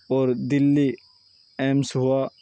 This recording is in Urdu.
اور دہلی ایمس ہوا